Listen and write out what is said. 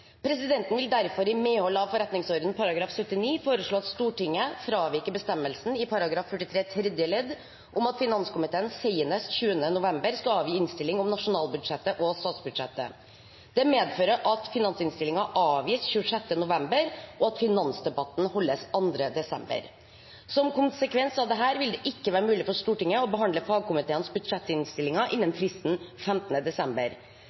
Presidenten vil derfor i medhold av forretningsordenen § 79 foreslå at Stortinget fraviker bestemmelsen i § 43 tredje ledd om at finanskomiteen senest 20. november skal avgi innstilling om nasjonalbudsjettet og statsbudsjettet. Det medfører at finansinnstillingen avgis 26. november, og at finansdebatten holdes 2. desember. Som konsekvens av dette vil det ikke være mulig for Stortinget å behandle fagkomiteenes budsjettinnstillinger innen fristen 15. desember.